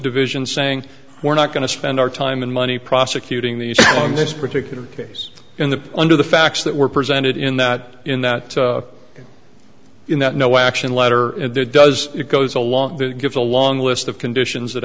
division saying we're not going to spend our time and money prosecuting these in this particular case in the under the facts that were presented in that in that in that no action letter and that does it goes along that gives a long list of conditions that